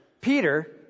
Peter